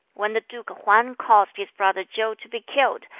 when the duke hwan caused his brother chiu to be killed,